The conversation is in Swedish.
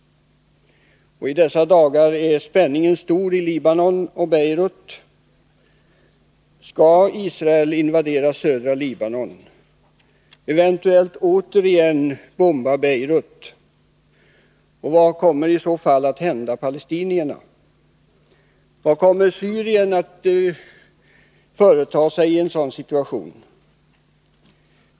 I dessa dagar är spänningen stor i Libanon och Beirut. Skall Israel invadera södra Libanon, eventuellt återigen bomba Beirut? Vad kommer i så fall att hända med palestinierna? Vad kommer Syrien att företa sig i en sådan situation?